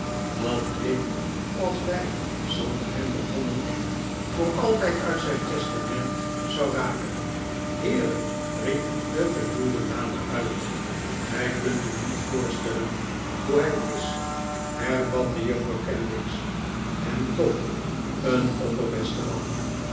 dat ik als wij zonder hem begonnen voor altijd uit zijn testament zou raken heere riep de gehuwde dame uit gij kunt u niet voorstellen hoe hij is hervatte juffrouw kenwigs en toch een opperbeste man